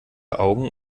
augen